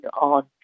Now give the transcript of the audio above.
on